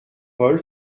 paul